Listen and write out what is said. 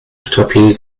stabil